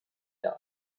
died